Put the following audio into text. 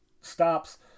stops